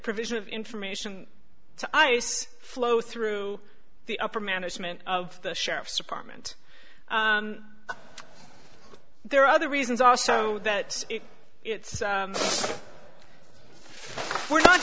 provision of information to ice flow through the upper management of the sheriff's department there are other reasons also that it's we're not